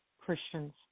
Christians